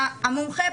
המומחה,